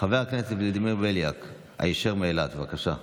חבר הכנסת ולדימיר בליאק, היישר מאילת, בבקשה.